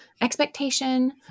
expectation